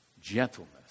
Gentleness